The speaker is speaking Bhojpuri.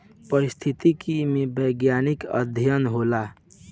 पारिस्थितिकी में वैज्ञानिक अध्ययन होला